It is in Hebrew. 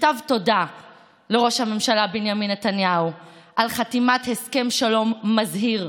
מכתב תודה לראש הממשלה בנימין נתניהו על חתימת הסכם שלום מזהיר,